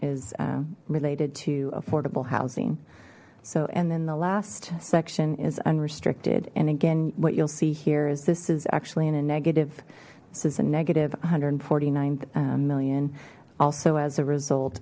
is related to affordable housing so and then the last section is unrestricted and again what you'll see here is this is actually in a negative this is a negative one hundred and forty nine million also as a result